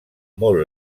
molt